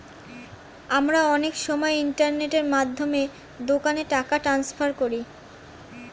আমরা অনেক সময় ইন্টারনেটের মাধ্যমে দোকানে টাকা ট্রান্সফার করি